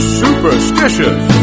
superstitious